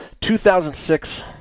2006